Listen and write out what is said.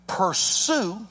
pursue